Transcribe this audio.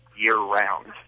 year-round